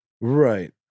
Right